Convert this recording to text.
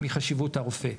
מחשיבות הרופא,